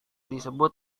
disebut